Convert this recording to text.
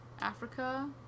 Africa